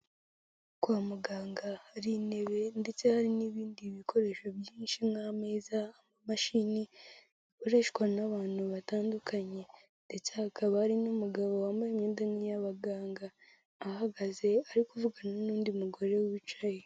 Kwa muganga hari intebe ndetse hari n'ibindi bikoresho byinshi nk'ameza, amamashini akoreshwa n'abantu batandukanye ndetse hakaba ari n'umugabo wambaye imyenda nk'iy'abaganga, ahagaze ari kuvugana n'undi mugore we wicaye.